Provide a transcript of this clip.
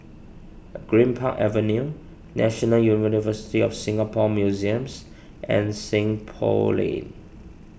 Greenpark Avenue National University of Singapore Museums and Seng Poh Lane